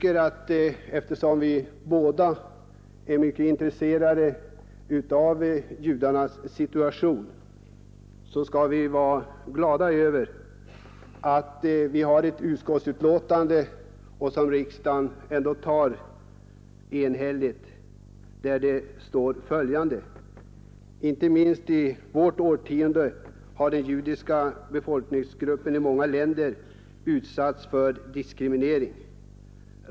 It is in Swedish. Eftersom vi båda är mycket intresserade av judarnas situation, skall vi vara glada över att vi har ett utskottsbetänkande som riksdagen kommer att godta tämligen enhälligt. I betänkandet heter det: ”Inte minst i vårt århundrade har den judiska folkgruppen i många länder utsatts för diskriminering.